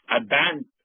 advanced